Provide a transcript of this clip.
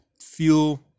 feel